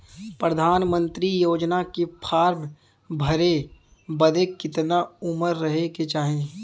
प्रधानमंत्री योजना के फॉर्म भरे बदे कितना उमर रहे के चाही?